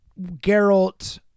Geralt